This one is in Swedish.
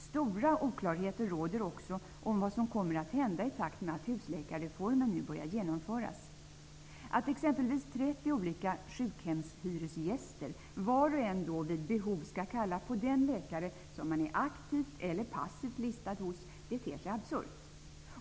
Stora oklarheter råder också om vad som kommer att hända i takt med att husläkarreformen nu börjar genomföras. Att exempelvis 30 olika ''sjukhemshyresgäster'' var och en då vid behov skall kalla på den läkare som man är aktivt eller passivt listad hos ter sig absurt.